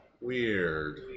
Weird